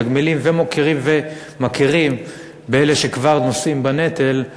מוקירים ומכירים באלה שכבר נושאים בנטל,